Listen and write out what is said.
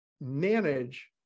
manage